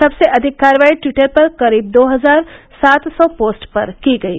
सबसे अधिक कार्रवाई दवीटर पर करीब दो हजार सात सौ पोस्ट पर की गयी